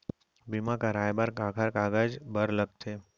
बीमा कराय बर काखर कागज बर लगथे?